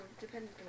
dependent